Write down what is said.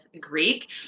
Greek